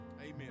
Amen